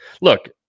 look